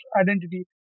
identity